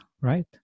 right